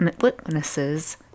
witnesses